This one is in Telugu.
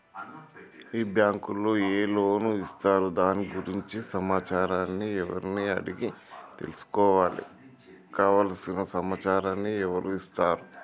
ఈ బ్యాంకులో ఏ లోన్స్ ఇస్తారు దాని గురించి సమాచారాన్ని ఎవరిని అడిగి తెలుసుకోవాలి? కావలసిన సమాచారాన్ని ఎవరిస్తారు?